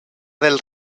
del